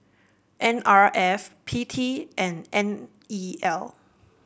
N R F P T and N E L